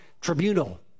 Tribunal